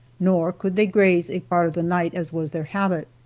nor could they graze a part of the night, as was their habit.